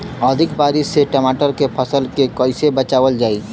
अधिक बारिश से टमाटर के फसल के कइसे बचावल जाई?